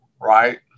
right